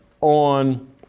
on